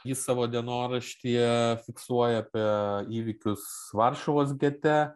jis savo dienoraštyje fiksuoja apie įvykius varšuvos gete